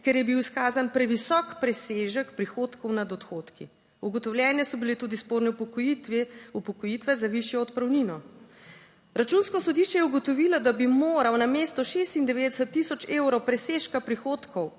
ker je bil izkazan previsok presežek prihodkov nad odhodki, ugotovljene so bile tudi sporne upokojitev za višjo odpravnino. Računsko sodišče je ugotovilo, da bi moral namesto 96000 evrov presežka prihodkov